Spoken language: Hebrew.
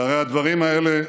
והרי הדברים האלה,